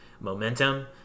momentum